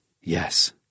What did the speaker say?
Yes